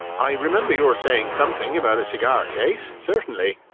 i remember your saying something about a cigar-case, certainly,